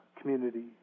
community